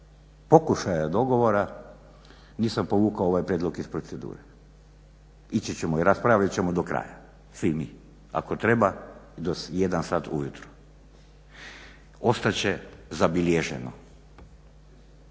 pokušaja dogovora, nisam povukao ovaj prijedlog iz procedure. Ići ćemo i raspravit ćemo do kraja svi mi, ako treba i do 1 sat ujutro. Ostat će zabilježeno